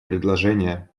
предложение